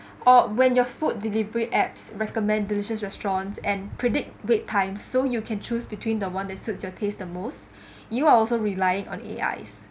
or when your food delivery app< recommend delicious restaurants and predict wait time so you can choose between the one that suits your taste the most you are also relying on A_I